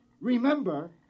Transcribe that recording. Remember